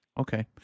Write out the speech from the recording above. Okay